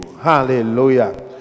Hallelujah